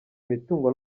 imitungo